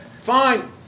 Fine